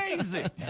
amazing